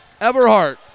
Everhart